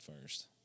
first